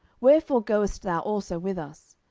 wherefore goest thou also with us?